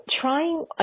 trying